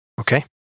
Okay